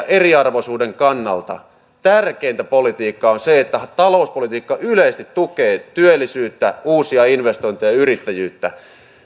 eriarvoisuuden kannalta tärkeintä politiikkaa on se että talouspolitiikka yleisesti tukee työllisyyttä uusia investointeja ja yrittäjyyttä